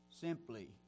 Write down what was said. simply